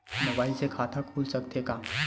Mobile से खाता खुल सकथे का?